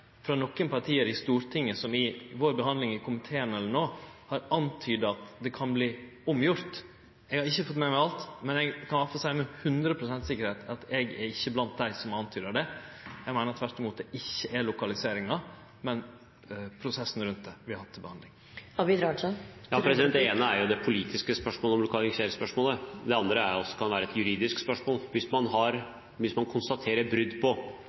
Stortinget som i behandlinga vår i komiteen eller no, har antyda at det kan verta omgjort. Eg har ikkje fått med meg alt, men eg kan i alle fall seie med hundre prosent sikkerheit at eg ikkje er blant dei som har antyda det. Eg meiner tvert om at det ikkje er lokaliseringa, men prosessen rundt det vi har til behandling. Det ene er det politiske spørsmålet om lokaliseringsspørsmålet. Det